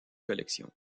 collection